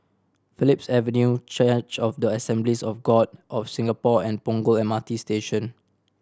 Phillips Avenue Church of the Assemblies of God of Singapore and Punggol M R T Station